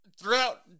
throughout